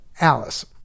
Alice